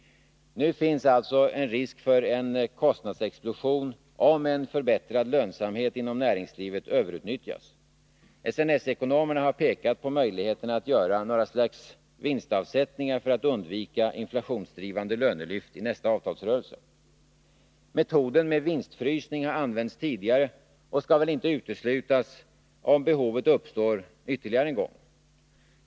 Nu finns alltså en risk för en kostnadsexplosion, om en förbättrad lönsamhet inom näringslivet överutnyttjas. SNS-ekonomerna har pekat på möjligheten att göra några slags vinstavsättningar för att undvika inflationsdrivande lönelyft i nästa avtalsrörelse. Metoden med en vinstfrysning har använts tidigare och skall väl inte uteslutas om behovet uppstår ytterligare en gång.